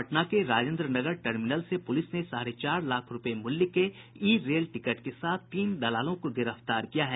पटना के राजेन्द्रनगर टर्मिनल से पुलिस ने साढ़े चार लाख रूपये मूल्य के ई रेल टिकट के साथ तीन दलालों को गिरफ्तार किया है